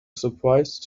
surprise